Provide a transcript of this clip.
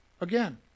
again